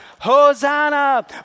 Hosanna